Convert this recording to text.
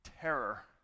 Terror